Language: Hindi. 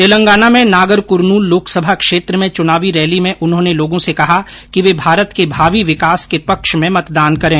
तेलंगाना में नागर कुरनूल लोकसभा क्षेत्र में चुनावी रैली में उन्होंने लोगों से कहा कि वे भारत के भावी विकास के पक्ष में मतदान करें